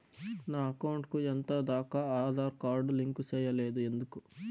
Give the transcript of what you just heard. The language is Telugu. నా అకౌంట్ కు ఎంత దాకా ఆధార్ కార్డు లింకు సేయలేదు ఎందుకు